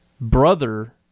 brother